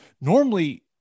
normally